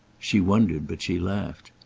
she wondered but she laughed.